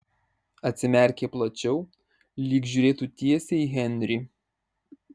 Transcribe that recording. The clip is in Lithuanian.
atsimerkė plačiau lyg žiūrėtų tiesiai į henrį